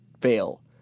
fail